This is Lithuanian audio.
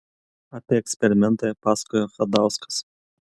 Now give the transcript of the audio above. apie eksperimentą pasakojo chadauskas